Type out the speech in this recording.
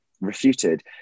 refuted